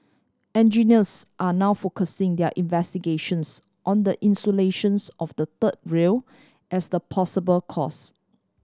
engineers are now focusing their investigations on the insulations of the third rail as the possible cause